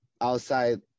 outside